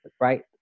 right